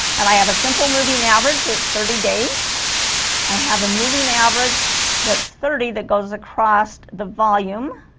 and i have a simple movie in average that's thirty days i have a moving average that's thirty that goes across the volume